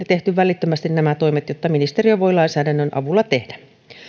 tehty välittömästi nämä toimet jotka ministeriö voi lainsäädännön avulla tehdä